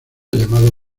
llamado